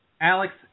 Alex